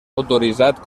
autoritzat